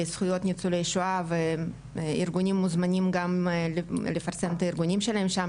לזכויות ניצולי שואה וארגונים מוזמנים גם לפרסם את הארגונים שלהם שם,